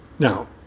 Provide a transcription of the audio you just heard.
Now